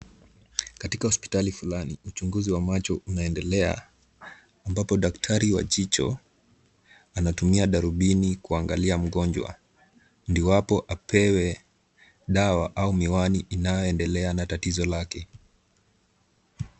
Katika hospitali fulani uchunguzi wa macho unaendelea ambapo daktari wa jicho anatumia darubini kuangalia mgonjwa iwapo apewe dawa au miwani inayoendena na tatizo lake.